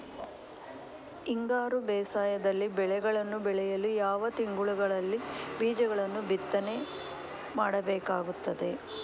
ಹಿಂಗಾರು ಬೇಸಾಯದಲ್ಲಿ ಬೆಳೆಗಳನ್ನು ಬೆಳೆಯಲು ಯಾವ ತಿಂಗಳುಗಳಲ್ಲಿ ಬೀಜಗಳನ್ನು ಬಿತ್ತನೆ ಮಾಡಬೇಕಾಗುತ್ತದೆ?